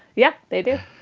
yes, they do.